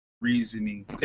reasoning